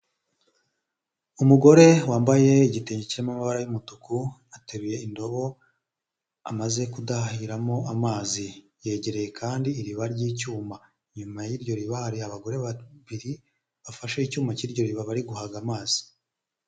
Umugore wambaye igitenge cy'mabara y'umutuku ateruye indobo amaze kudahiramo amazi yegereye kandi iriba ry'icyuma, inyuma y'iryo riba hari abagore babiri bafashe icyuma cyiryo riba bari guhaga amazi.